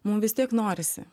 mum vis tiek norisi